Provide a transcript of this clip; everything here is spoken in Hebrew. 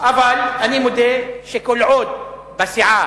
אבל אני מודה שכל עוד בסיעה